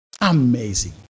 Amazing